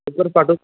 लवकर पाठव